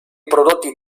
prodotti